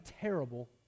terrible